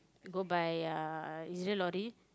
go by uh using lorry